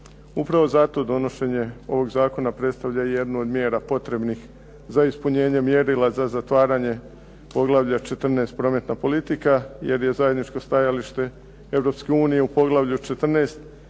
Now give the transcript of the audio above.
Upravo zato donošenje ovog zakona, predstavlja jednu od mjera potrebnih za ispunjenje mjerila za zatvaranje poglavlja 14. – Prometna politika, jer je zajedničko stajalište Europske